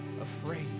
afraid